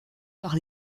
par